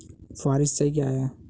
फुहारी सिंचाई क्या है?